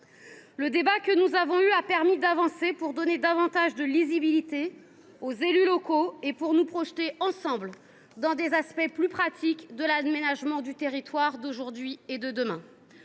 Le débat que nous avons eu nous a permis d’avancer, de donner davantage de lisibilité aux élus locaux et de nous projeter ensemble dans des aspects plus pratiques de l’aménagement du territoire d’aujourd’hui et de demain.